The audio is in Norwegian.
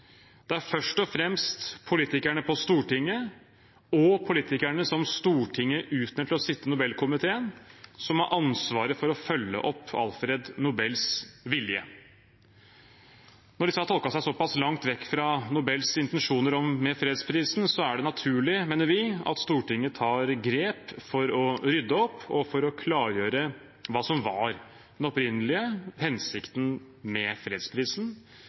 Det er først og fremst politikerne på Stortinget og de politikerne som Stortinget utnevner til å sitte i Nobelkomiteen, som har ansvaret for å følge opp Alfred Nobels vilje. Når disse har tolket seg så pass langt vekk fra Nobels intensjoner med fredsprisen, er det naturlig, mener vi, at Stortinget tar grep for å rydde opp og for å klargjøre hva som var den opprinnelige hensikten med fredsprisen.